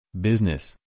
business